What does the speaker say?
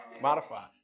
Modify